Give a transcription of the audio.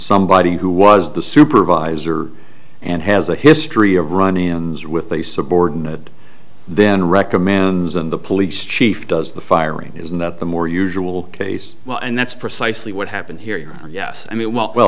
somebody who was the supervisor and has a history of run ins with a subordinate then recommends and the police chief does the firing isn't that the more usual case well and that's precisely what happened here yes i mean well well